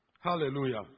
Hallelujah